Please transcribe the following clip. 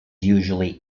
usually